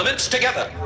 together